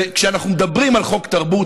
וכשאנחנו מדברים על חוק תרבות,